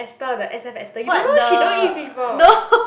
Esther the S F Esther you don't know she don't eat fishball